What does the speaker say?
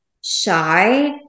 shy